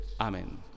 Amen